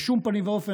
בשום פנים ואופן,